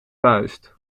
vuist